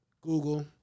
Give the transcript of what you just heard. Google